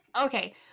okay